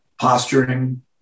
posturing